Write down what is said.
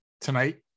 tonight